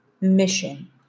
mission